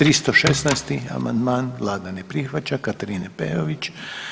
316. amandman vlada ne prihvaća Katarine Peović.